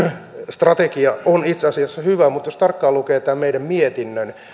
strategia on itse asiassa hyvä mutta jos tarkkaan lukee tämän meidän mietinnön